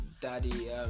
Daddy